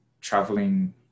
traveling